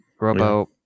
Robo